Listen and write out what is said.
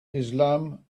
islam